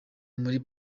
muri